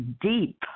deep